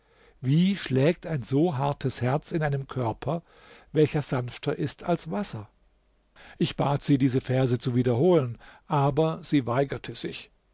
wie schlägt ein so hartes herz in einem körper welcher sanfter ist als wasser ich bat sie diese verse zu wiederholen aber sie weigerte sich